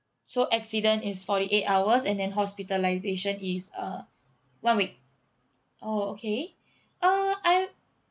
so accident is forty eight hours and then hospitalisation is uh one week oh okay uh I